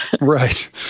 Right